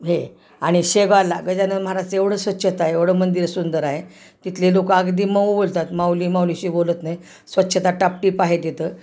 हे आणि शेगावला गजानन महाराजचं एवढं स्वच्छता आहे एवढं मंदिर सुंदर आहे तिथले लोक अगदी मऊ बोलतात माऊली माऊलीशी बोलत नाही स्वच्छता टापटीप आहे तिथं